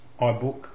iBook